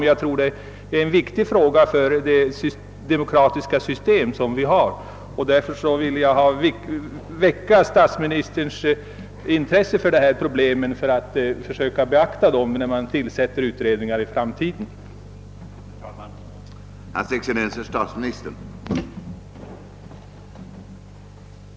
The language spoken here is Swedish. Detta är en viktig fråga för det demokratiska system vi har, och därför har jag velat väcka statsministerns intresse för den, så att han beaktar den när utredningar i framtiden skall tillsättas.